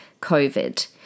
COVID